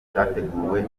cyateguwe